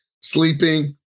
sleeping